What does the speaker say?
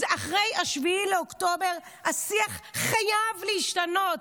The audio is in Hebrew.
אחרי 7 באוקטובר השיח חייב להשתנות,